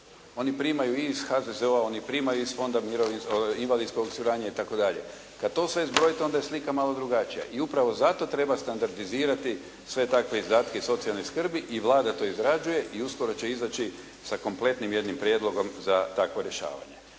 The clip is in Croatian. Oni primaju iz HZZO-a, oni primaju iz Fonda invalidskog osiguranja itd., kada to sve zbrojite onda je slika malo drugačija. I upravo zato treba standardizirati sve takve izdatke socijalne skrbi i Vlada to izrađuje i uskoro će izaći sa kompletnim jednim prijedlogom za takvo rješavanje.